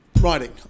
writing